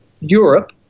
Europe